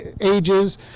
ages